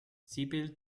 sibylle